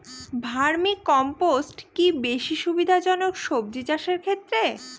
Vermi compost কি বেশী সুবিধা জনক সবজি চাষের ক্ষেত্রে?